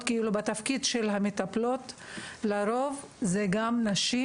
בתפקיד של המטפלות לרוב זה גם נשים,